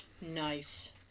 Nice